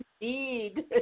indeed